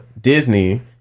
Disney